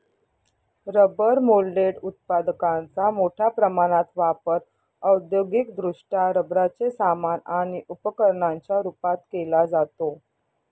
rubber moulded उत्पादकांचा मोठ्या प्रमाणात वापर औद्योगिकदृष्ट्या रबराचे सामान आणि उपकरणांच्या रूपात केला जातो